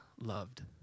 loved